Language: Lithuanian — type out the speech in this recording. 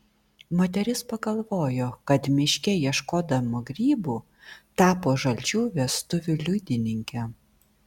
moteris pagalvojo kad miške ieškodama grybų tapo žalčių vestuvių liudininke